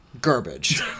garbage